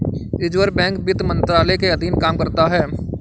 reserve bank वित्त मंत्रालय के अधीन काम करता है